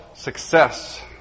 success